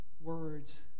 words